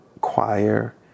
choir